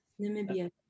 Namibia